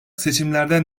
seçimlerden